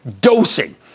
dosing